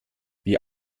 wir